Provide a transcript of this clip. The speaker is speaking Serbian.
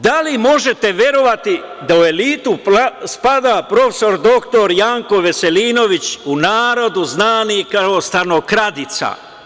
Da li možete verovati da elitu spada prof. dr Janko Veselinović, u narodu znani kao stanokradica.